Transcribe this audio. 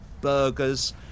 burgers